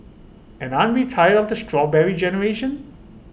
and aren't we tired of the Strawberry Generation